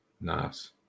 Nice